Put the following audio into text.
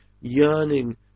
yearning